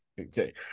Okay